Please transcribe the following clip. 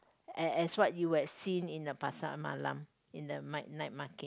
as as what you would have seen in the pasar-malam in the night night market